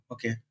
Okay